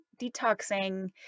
detoxing